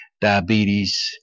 diabetes